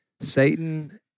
Satan